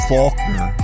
Faulkner